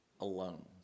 alone